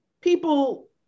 people